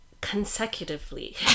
consecutively